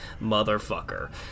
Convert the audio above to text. motherfucker